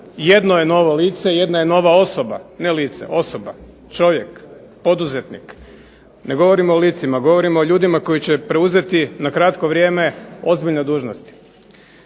Jedno je novo lice, jedna je nova osoba. Ne lice, osoba, čovjek, poduzetnik. Ne govorim o licima. Govorim o ljudima koji će preuzeti na kratko vrijeme ozbiljne dužnosti.